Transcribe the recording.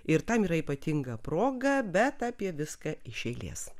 ir tam yra ypatinga proga bet apie viską iš eilės